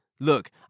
Look